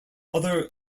other